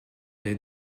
les